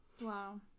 Wow